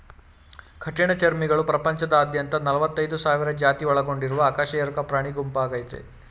ಕಠಿಣಚರ್ಮಿಗಳು ಪ್ರಪಂಚದಾದ್ಯಂತ ನಲವತ್ತೈದ್ ಸಾವಿರ ಜಾತಿ ಒಳಗೊಂಡಿರೊ ಅಕಶೇರುಕ ಪ್ರಾಣಿಗುಂಪಾಗಯ್ತೆ